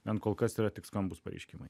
ten kol kas yra tik skambūs pareiškimai